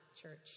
church